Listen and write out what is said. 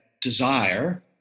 desire